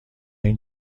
این